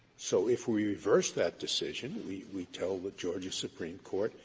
so if we reverse that decision, we we tell the georgia supreme court,